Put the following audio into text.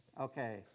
Okay